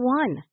one